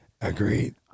Agreed